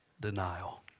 Denial